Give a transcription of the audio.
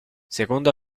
secondo